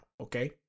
okay